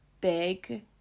big